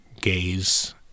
gaze